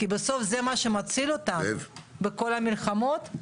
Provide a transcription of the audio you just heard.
כי בסוף זה מה שמציל אותם בכל המלחמות,